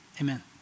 Amen